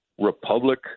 republic